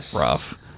rough